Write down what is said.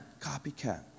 copycat